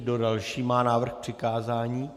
Kdo další má návrh k přikázání?